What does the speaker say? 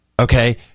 okay